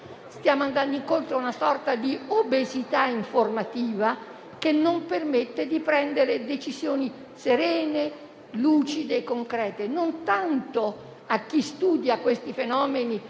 Stiamo andando incontro a una sorta di obesità informativa che non permette di prendere decisioni serene, lucide e concrete non tanto a chi studia questi fenomeni